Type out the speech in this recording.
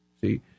See